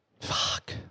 fuck